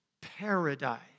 paradise